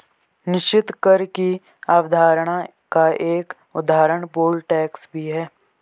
निश्चित कर की अवधारणा का एक उदाहरण पोल टैक्स भी है